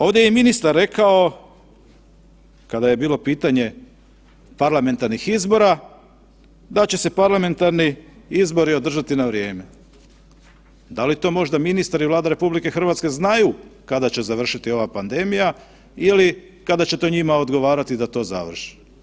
Ovdje i ministar rekao, kada je bilo pitanje parlamentarnih izbora da će se parlamentarni izbori održati na vrijeme, da li to možda ministar i Vlada RH znaju kada će završiti ova pendemija ili kada će to njima odgovarati da to završi?